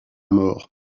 mort